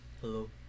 Hello